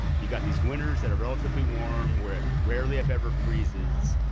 you've got these winters that are relatively warm, where it rarely, if ever, freezes.